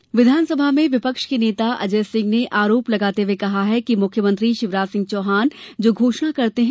अजय आरोप विधानसभा में विपक्ष के नेता अजय सिंह ने आरोप लगाते हुये कहा है कि मुख्यमंत्री शिवराज सिंह चौहान जो घोषणा करते हैं